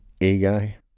A-guy